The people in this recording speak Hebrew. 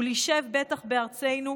ולישב בטח בארצנו,